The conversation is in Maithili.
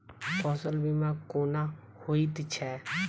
फसल बीमा कोना होइत छै?